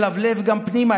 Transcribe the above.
ילבלב גם פנימה,